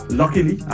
luckily